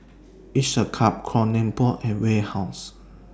Each A Cup Kronenbourg and Warehouse